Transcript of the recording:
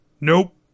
Nope